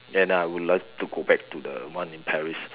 and I would love to go back to the one in Paris